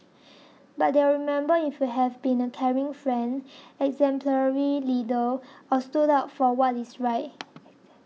but they'll remember if you have been a caring friend exemplary leader or stood up for what is right